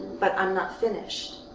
but i'm not finished.